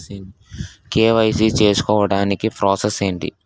KYC చేసుకోవటానికి process ఏంటి?